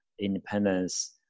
independence